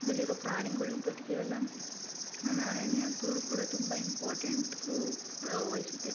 ದಲ್ಲಿರೋ ಪ್ರಾಣಿಗಳು ಬದುಕಿರಲ್ಲ ಅರಣ್ಯ ಕೂಡ ತುಂಬ ಇಂಪಾಟೆಂಟ್ ವಹಿಸುತ್ತೆ